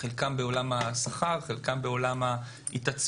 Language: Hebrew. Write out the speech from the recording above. חלקם בעולם השכר, חלקם בעולם ההתעצמות,